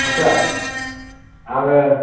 आदसा आङो